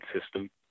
system